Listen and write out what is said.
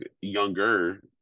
younger